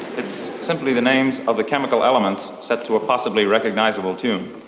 it's simply the names of the chemical elements set to a possibly recognisable tune.